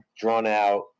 drawn-out